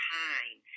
time